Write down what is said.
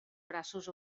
braços